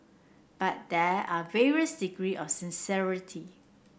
but there are varies degree of sincerity